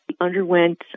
underwent